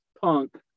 Punk